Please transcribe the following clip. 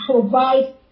provide